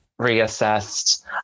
reassessed